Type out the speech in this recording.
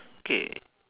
okay